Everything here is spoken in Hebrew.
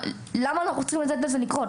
למה אנחנו צריכים לתת לזה לקרות?